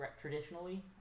traditionally